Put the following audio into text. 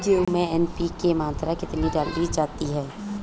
गेहूँ में एन.पी.के की मात्रा कितनी डाली जाती है?